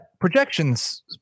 projections